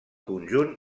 conjunt